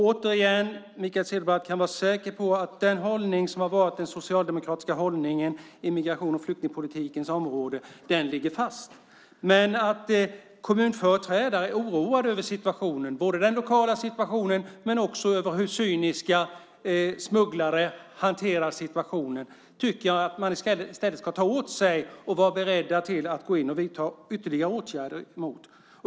Återigen: Mikael Cederbratt kan vara säker på att den hållning som har varit den socialdemokratiska på migrations och flyktingpolitikens område ligger fast. Men att kommunföreträdare är oroade över situationen, både den lokala situationen och hur cyniska smugglare hanterar situationen, tycker jag att man i stället ska ta åt sig och vara beredd att gå in och vidta ytterligare åtgärder.